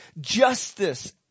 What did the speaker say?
justice